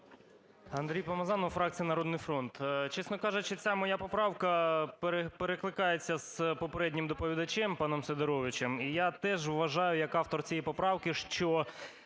АндрійПомазанов, фракція "Народний фронт". Чесно кажучи, ця моя поправка перекликається з попереднім доповідачем - паном Сидоровичем. І я теж вважаю як автор цієї поправки, що,